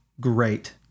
Great